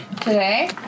Today